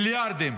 מיליארדים,